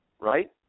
right